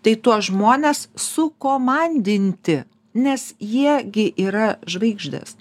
tai tuos žmones sukomandinti nes jie gi yra žvaigždės